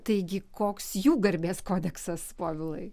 taigi koks jų garbės kodeksas povilai